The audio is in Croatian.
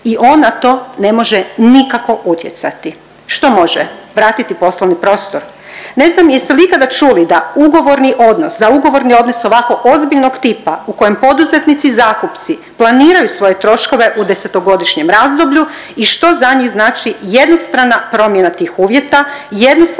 i on na to ne može nikako utjecati. Što može, vratiti poslovni prostor? Ne znam jeste li ikada čuli da ugovorni odnos za ugovorni odnos ovako ozbiljnog tipa u kojem poduzetnici zakupci planiraju svoje troškove u desetogodišnjem razdoblju i što za njih znači jednostrana promjena tih uvjeta, jednostrano